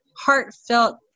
heartfelt